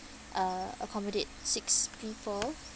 uh accommodate six people